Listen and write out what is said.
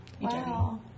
Wow